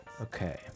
Okay